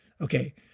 okay